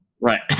Right